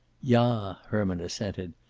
ja, herman assented.